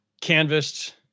canvassed